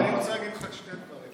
אני רוצה להגיד לך שני דברים.